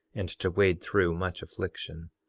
and to wade through much affliction.